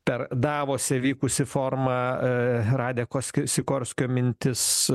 per davose vykusį forumą a radeko sikorskio mintis